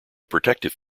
protective